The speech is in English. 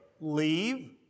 leave